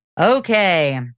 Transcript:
Okay